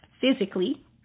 physically